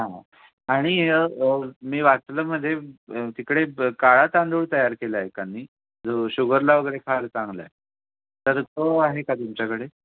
हां आणि मी वाचलं मध्ये तिकडे ब काळा तांदूळ तयार केला आहे एकानी जो शुगरला वगैरे फार चांगला आहे तर तो आहे का तुमच्याकडे